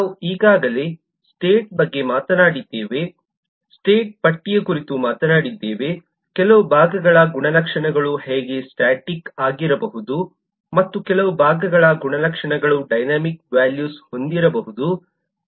ನಾವು ಈಗಾಗಲೇ ಸ್ಟೇಟ್ ಬಗ್ಗೆ ಮಾತನಾಡಿದ್ದೇವೆ ಸ್ಟೇಟ್ ಪಟ್ಟಿಯ ಕುರಿತು ಮಾತನಾಡಿದ್ದೇವೆ ಕೆಲವು ಭಾಗಗಳ ಗುಣಲಕ್ಷಣಗಳು ಹೇಗೆ ಸ್ಟಾಟಿಕ್ ಆಗಿರಬಹುದು ಮತ್ತು ಕೆಲವು ಭಾಗಗಳ ಗುಣಲಕ್ಷಣಗಳು ಡೈನಾಮಿಕ್ ವ್ಯಾಲ್ಯೂಸ್ ಹೊಂದಿರಬಹುದು